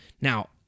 Now